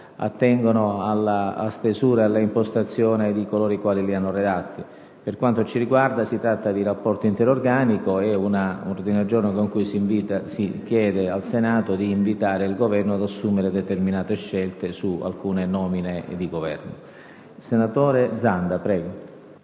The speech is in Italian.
attengono alla stesura ed all'impostazione di coloro i quali le hanno redatte. Per quanto ci riguarda, si tratta di rapporto interorganico: sono mozioni con cui si chiede al Senato di invitare il Governo ad assumere determinate scelte in ordine ad alcune nomine di Governo.